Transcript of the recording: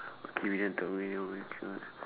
okay we don't talk malay words anymore